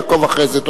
יעקוב אחרי זה,